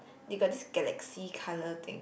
they got this galaxy colour thing